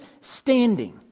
standing